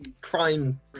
Crime